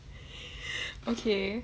okay